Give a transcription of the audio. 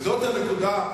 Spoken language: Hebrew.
וזאת הנקודה,